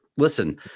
Listen